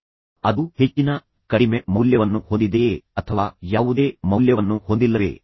ಅದು ಹೆಚ್ಚಿನ ಮೌಲ್ಯವನ್ನು ಹೊಂದಿದೆಯೇ ಕಡಿಮೆ ಮೌಲ್ಯವನ್ನು ಹೊಂದಿದೆಯೇ ಅಥವಾ ಯಾವುದೇ ಮೌಲ್ಯವನ್ನು ಹೊಂದಿಲ್ಲವೇ ಎಂದು ನೋಡಿ